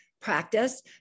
practice